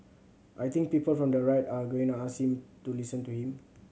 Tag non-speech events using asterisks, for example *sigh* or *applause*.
I think people from the right are going *unintelligible* to listen to him